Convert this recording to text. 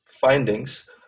findings